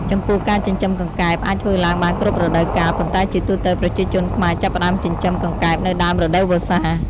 ចំពោះការចិញ្ចឹមកង្កែបអាចធ្វើឡើងបានគ្រប់រដូវកាល ប៉ុន្តែជាទូទៅ ប្រជាជនខ្មែរចាប់ផ្ដើមចិញ្ចឹមកង្កែបនៅដើមរដូវវស្សា។